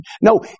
No